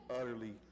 utterly